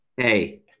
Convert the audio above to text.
Hey